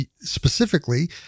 Specifically